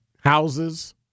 Houses